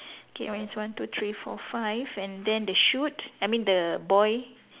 K mine is one two three four five and then the shoot I mean the boy